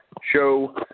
show